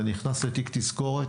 זה נכנס לתיק תזכורת,